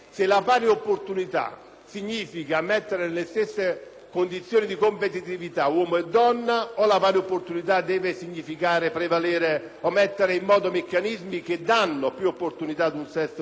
condizioni di competitività uomo e donna oppure significa mettere in moto meccanismi che danno più opportunità ad un sesso rispetto all'altro. Anche di questo si dovrà parlare.